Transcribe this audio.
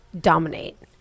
dominate